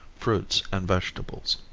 fruits and vegetables.